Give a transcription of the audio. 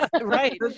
Right